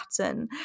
pattern